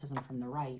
בהחלט